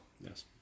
Yes